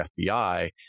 FBI